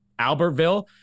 Albertville